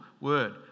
word